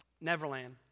Neverland